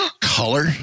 Color